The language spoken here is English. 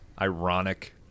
ironic